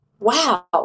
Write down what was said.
wow